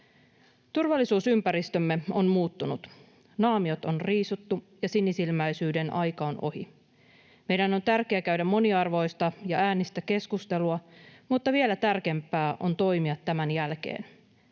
Turvallisuusympäristömme on muuttunut. Naamiot on riisuttu, ja sinisilmäisyyden aika on ohi. Meidän on tärkeää käydä moniarvoista ja ‑äänistä keskustelua, mutta vielä tärkeämpää on toimia tämän jälkeen.